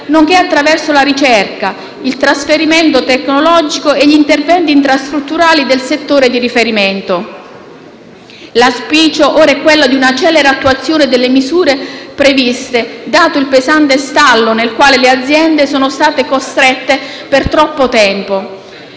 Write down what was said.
nonché attraverso la ricerca, il trasferimento tecnologico e gli interventi infrastrutturali del settore di riferimento. L'auspicio ora è quello di una celere attuazione delle misure previste dato il pesante stallo nel quale le aziende sono state costrette per troppo tempo.